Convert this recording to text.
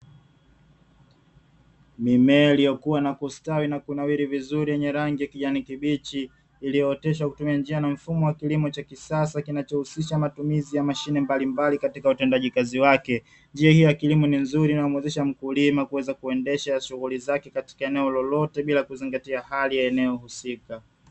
Mimea iliyokuwa na kustawi vizuri yenye rangi ya kijani kibichi, iliyo oteshwa kwa kutumia njia na mfumo wa kisasa cha mashine mbalimbali katika utendaji kazi wake, njia hiyo ya kilimo ni nzuri inayomwezesha mkulima kuendesha shughuli zake katika eneo lolote bila kuzingatia hali ya eneo husika.